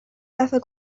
دفعه